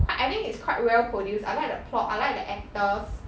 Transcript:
I think it's quite well produced I like the plot I like the actors